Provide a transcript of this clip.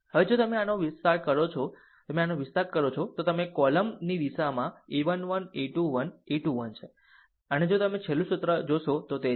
હવે જો તમે આનો વિસ્તાર કરો છો જો તમે આનો વિસ્તાર કરો છો તો તમે કોલમ ની દિશામાં a 1 1 a 21 a 2 1 છે અને જો તમે છેલ્લું સૂત્ર જોશો તો તે છે